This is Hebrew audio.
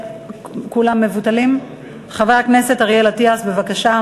חבר הכנסת אריאל אטיאס, בבקשה.